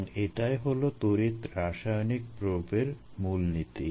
এবং এটাই হলো তড়িৎ রাসায়নিক প্রোবের মূলনীতি